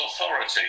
authority